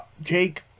Jake